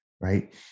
right